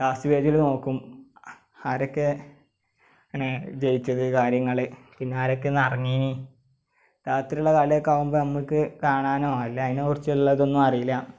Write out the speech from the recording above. last പേജിൽ നോക്കും ആരൊക്കെ ജയിച്ചത് കാര്യങ്ങൾ പിന്നെ ആരൊക്കെ ഇന്നിറങ്ങി എന്ന് രാത്രി ഉള്ള കാലം ഒക്കെ ആവുമ്പോൾ നമ്മൾക്ക് കാണാനോ അല്ല അതിനെക്കുറിച്ചുള്ള ഇതൊന്നും അറിയില്ല